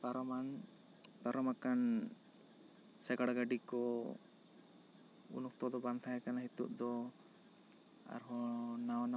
ᱯᱟᱨᱚᱢᱟᱱ ᱯᱟᱨᱚᱢ ᱟᱠᱟᱱ ᱥᱟᱜᱟᱲ ᱜᱟᱹᱰᱤ ᱠᱚ ᱩᱱ ᱚᱠᱛᱚ ᱫᱚ ᱵᱟᱝ ᱛᱟᱦᱮᱸ ᱠᱟᱱᱟ ᱱᱤᱛᱚᱜ ᱫᱚ ᱟᱨᱦᱚᱸ ᱱᱟᱣᱟ ᱱᱟᱣᱟ